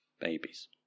babies